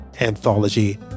anthology